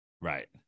Right